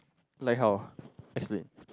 like how explain